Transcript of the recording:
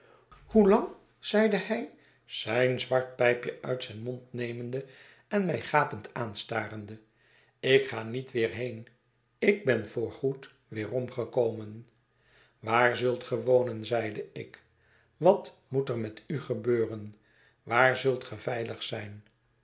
hoelang zeide hij zijn zwart pijpje uit zijn mond nemende en mij gapend aanstarende ik ga niet weer heen ik ben voorgoed weerom gekomen waar zult ge wonen zeide ik wat moet er met u gebeuren waar zult ge veiligzijn